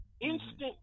instant